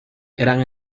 eran